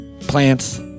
plants